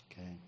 okay